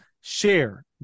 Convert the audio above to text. share